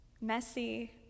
messy